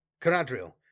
Caradriel